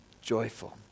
joyful